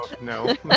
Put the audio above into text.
No